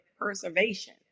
preservation